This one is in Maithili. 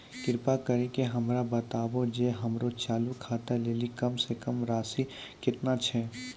कृपा करि के हमरा बताबो जे हमरो चालू खाता लेली कम से कम राशि केतना छै?